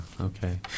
Okay